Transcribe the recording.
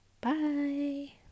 Bye